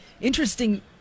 interesting